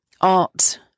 art